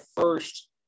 first